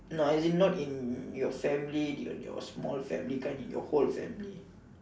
no not as in your small family kind as in your whole family